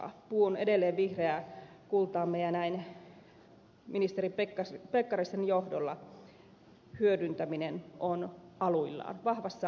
puu on edelleen vihreää kultaamme ja ministeri pekkarisen johdolla sen hyödyntäminen on aluillaan vahvassa alussa